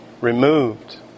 removed